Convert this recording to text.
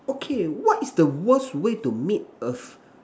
okay what is the worse way to meet a f~